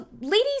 Ladies